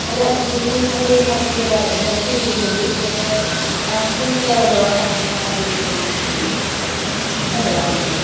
मला ट्रीटमेंट वगैरे घ्यायची घ्यायची होती थोडी तर कोणत्या दवाखान्यात मध्ये जाऊन घेऊ कोणता दवाखाना